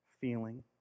feeling